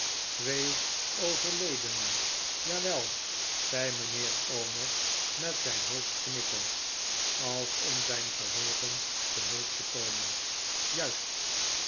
twee overledenen jawel zei mijnheer omer met zijn hoofd knikkend als om zijn geheugen te hulp te komen juist